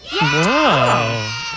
Wow